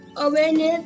awareness